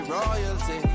royalty